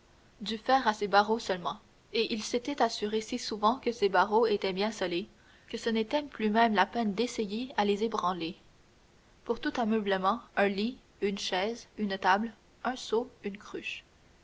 du fer à ses barreaux seulement et il s'était assuré si souvent que ses barreaux étaient bien scellés que ce n'était plus même la peine d'essayer à les ébranler pour tout ameublement un lit une chaise une table un seau une cruche